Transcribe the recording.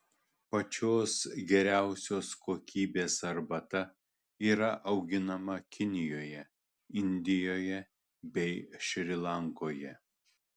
pačios geriausios kokybės arbata yra auginama kinijoje indijoje bei šri lankoje